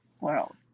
world